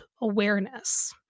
awareness